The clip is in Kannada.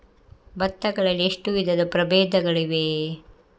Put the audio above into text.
ಭತ್ತ ಗಳಲ್ಲಿ ಎಷ್ಟು ವಿಧದ ಪ್ರಬೇಧಗಳಿವೆ?